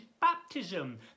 baptism